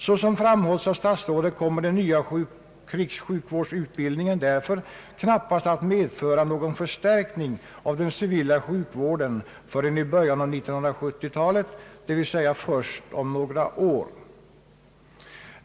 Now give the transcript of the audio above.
Såsom framhålls av statsrådet kommer den nya krigssjukvårdsutbildningen knappast att medföra någon förstärkning av den civila sjukvården förrän i början av 1970-talet, dvs. först om några år.